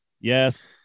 Yes